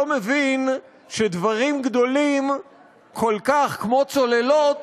לא מבין שדברים גדולים כל כך כמו צוללות